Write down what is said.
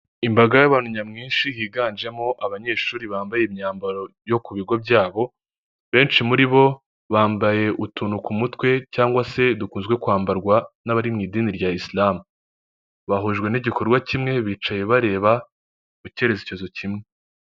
Imbaga y'abantu nyamwinshi higanjemo abanyeshuri bambaye imyambaro yo ku bigo byabo benshi muri bo bambaye utuntu ku mutwe cyangwa se dukunzwe kwambarwa n'abari mu idini rya isalamu, bahujwe n'igikorwa kimwe bicaye bareba mu cyerekezo kimwe.